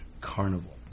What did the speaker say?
Carnival